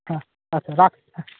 হ্যাঁ আচ্ছা রাখছি হ্যাঁ